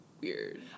weird